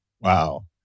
Wow